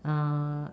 uh